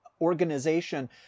organization